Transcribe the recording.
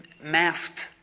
masked